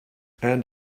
and